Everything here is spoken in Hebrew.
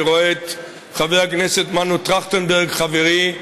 אני רואה את חבר הכנסת מנו טרכטנברג, חברי,